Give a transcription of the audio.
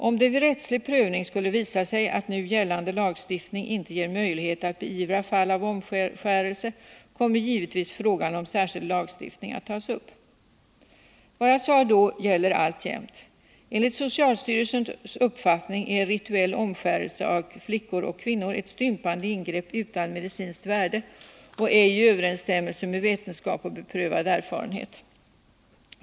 Om det vid rättslig prövning skulle visa sig att nu gällande lagstiftning inte ger möjlighet att beivra ——— fall av omskärelse, kommer givetvis frågan om särskild lagstiftning att tas upp.” Vad jag då sade gäller alltjämt. Enligt socialstyrelsens uppfattning är rituell omskärelse av flickor och kvinnor ett stympande ingrepp utan medicinskt värde och ej i överensstämmelse med vetenskap och beprövad erfarenhet.